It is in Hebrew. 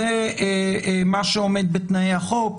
זה מה שעומד בתנאי החוק?